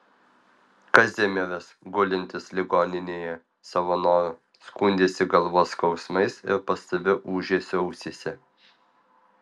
kazimieras gulintis ligoninėje savo noru skundėsi galvos skausmais ir pastoviu ūžesiu ausyse